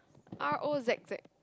R O Z Z